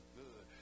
good